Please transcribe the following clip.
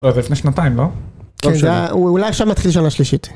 ‫לא, זה לפני שנתיים, לא? ‫-כן, אולי עכשיו מתחיל שנה שלישית.